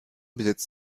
besitz